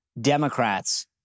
Democrats